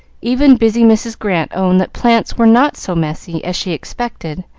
even busy mrs. grant owned that plants were not so messy as she expected,